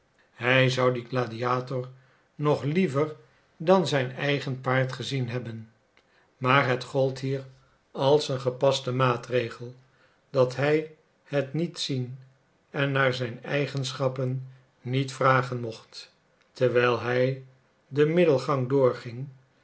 hij zou dien gladiator nog liever dan zijn eigen paard gezien hebben maar het gold hier als een gepaste maatregel dat hij het niet zien en naar zijn eigenschappen niet vragen mocht terwijl hij den middelgang doorging